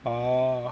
oh